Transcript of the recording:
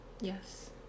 Yes